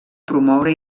promoure